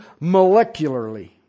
molecularly